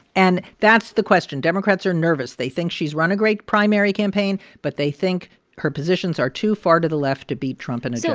and that's the question. democrats are nervous. they think she's run a great primary campaign. but they think her positions are too far to the left to beat trump and in yeah